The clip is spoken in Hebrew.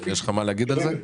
אילן, יש לך מה להגיד על זה?